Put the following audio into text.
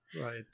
Right